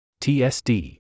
TSD